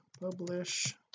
publish